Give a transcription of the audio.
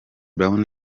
brown